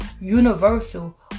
Universal